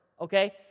Okay